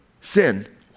sin